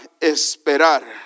esperar